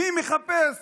מי מחפש